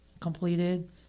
completed